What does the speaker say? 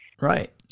Right